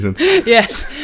Yes